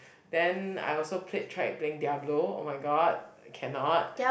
then I also played tried playing Diablo oh-my-god cannot